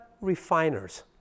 refiners